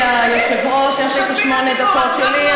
אדוני היושב-ראש, יש לי את שמונה הדקות שלי.